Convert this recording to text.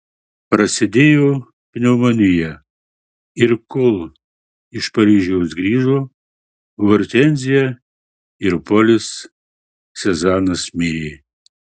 prasidėjo pneumonija ir kol iš paryžiaus grįžo hortenzija ir polis sezanas mirė